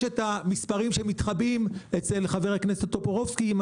את המספרים שמתחבאים אצל חבר הכנסת טופורובסקי עם